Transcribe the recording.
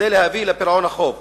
כדי להביא לפירעון החוב.